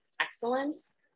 excellence